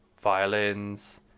violins